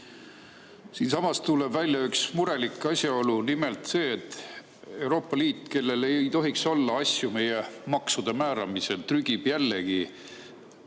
Siitsamast tuleb välja üks murelik asjaolu. Nimelt see, et Euroopa Liit, kellel ei tohiks olla asja meie maksude määramisse, trügib jälle